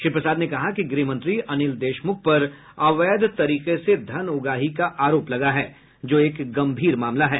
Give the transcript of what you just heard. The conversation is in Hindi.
श्री प्रसाद ने कहा कि गृह मंत्री अनिल देशमुख पर अवैध तरीके से धन उगाही का आरोप लगा है जो एक गंभीर मामला है